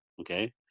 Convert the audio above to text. okay